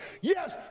Yes